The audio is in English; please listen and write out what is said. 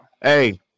Hey